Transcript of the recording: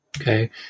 okay